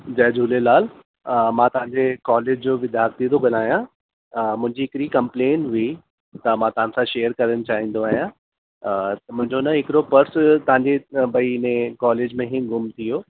जय झूलेलाल हा मां तव्हांजे कॉलेज जो विद्यार्थी थो ॻाल्हायां मुंहिंजी हिकिड़ी कंप्लेन हुई त मां तव्हां सां शेयर करणु चाहींदो आहियां मुंहिंजो न हिकिड़ो पर्स तव्हांजी भाई इन कॉलेज में ई गुमु थी वियो